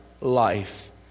life